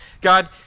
God